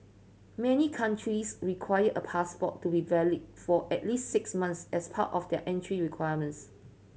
many countries require a passport to be valid for at least six months as part of their entry requirements